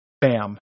bam